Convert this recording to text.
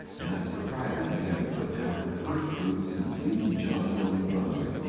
and its proprietor began to put down her first roots since leaving johnsville, new brunswick,